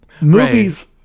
Movies